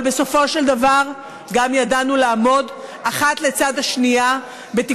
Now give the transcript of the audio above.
אבל בסופו של דבר גם ידענו לעמוד אחת לצד השנייה בתיקונים חיוניים,